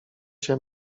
się